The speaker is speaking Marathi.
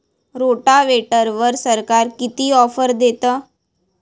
रोटावेटरवर सरकार किती ऑफर देतं?